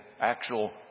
actual